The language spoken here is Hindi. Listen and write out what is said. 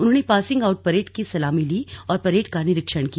उन्होने पासिंग आउट परेड की सलामी ली और परेड का निरीक्षण किया